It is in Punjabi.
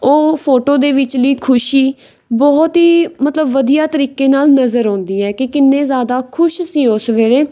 ਉਹ ਫੋਟੋ ਦੇ ਵਿਚਲੀ ਖੁਸ਼ੀ ਬਹੁਤ ਹੀ ਮਤਲਬ ਵਧੀਆ ਤਰੀਕੇ ਨਾਲ ਨਜ਼ਰ ਆਉਂਦੀ ਹੈ ਕਿ ਕਿੰਨੇ ਜ਼ਿਆਦਾ ਖੁਸ਼ ਸੀ ਉਸ ਵੇਲੇ